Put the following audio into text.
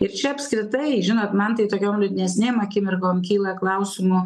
ir čia apskritai žinot man tai tokiom liūdnesnėm akimirkom kyla klausimų